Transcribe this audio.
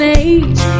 age